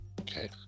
okay